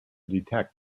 detect